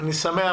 אני שמח